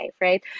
right